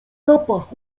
zapach